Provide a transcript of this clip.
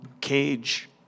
cage